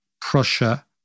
Prussia